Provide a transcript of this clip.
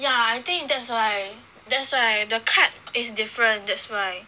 yeah I think that's why that's why the cut is different that's why